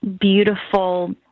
beautiful